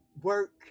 work